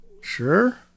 sure